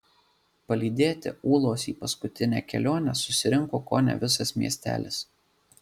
palydėti ūlos į paskutinę kelionę susirinko kone visas miestelis